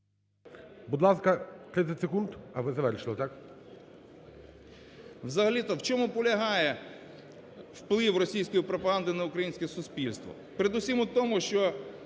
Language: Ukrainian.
Будь ласка, 30 секунд. А, ви завершили, так? РИБЧИНСЬКИЙ Є.Ю. Взагалі-то в чому полягає вплив російської пропаганди на українське суспільство? Передусім у тому, що